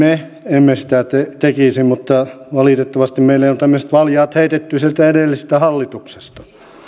emme sitä tekisi mutta valitettavasti meille on tämmöiset valjaat heitetty sieltä edellisestä hallituksesta